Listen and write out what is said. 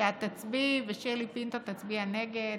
שאת תצביעי ושירלי פינטו תצביע נגד,